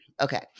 Okay